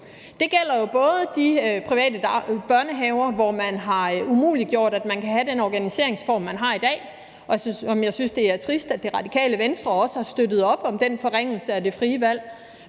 Det gælder jo både de private børnehaver, hvor man har umuliggjort, at der kan være den organisationsform, der er i dag, og jeg synes, det er trist, at Radikale Venstre også har støttet op om den forringelse af det frie valg.